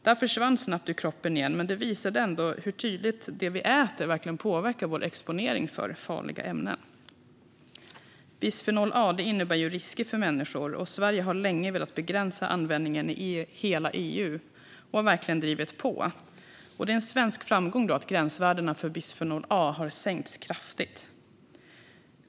Det försvann snabbt ur kroppen igen, men det visade tydligt att det vi äter påverkar vår exponering för farliga ämnen. Bisfenol A innebär risker för människor. Sverige har länge velat begränsa användningen i hela EU och har verkligen drivit på. Det är en svensk framgång att gränsvärdena för bisfenol A har sänkts kraftigt.